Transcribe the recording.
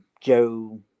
Joe –